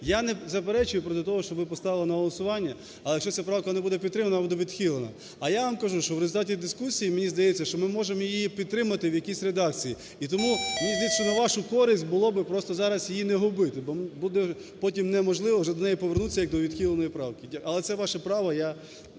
Я не заперечує проти того, щоб ви поставили на голосування. Але якщо ця правка не буде підтримана, вона буде відхилена. А я вам кажу, що в результаті дискусії мені здається, що ми можемо її підтримати в якійсь редакції. І тому мені здається, що на вашу користь було би просто зараз її не губити, бо буде потім неможливо вже до неї повернутися, як до відхиленої правки. Але це ваше право, я